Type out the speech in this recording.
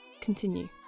continue